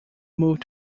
moved